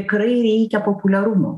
tikrai reikia populiarumo